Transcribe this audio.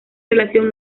relación